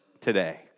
today